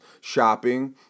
shopping